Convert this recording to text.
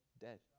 Dead